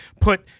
put